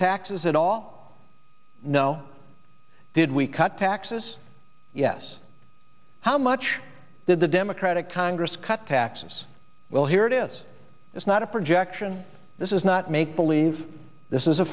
taxes at all no did we cut taxes yes how much did the democratic congress cut taxes well here it is it's not a projection this is not make believe this is